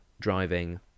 driving